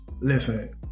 Listen